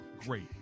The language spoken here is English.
Great